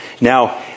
Now